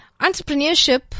Entrepreneurship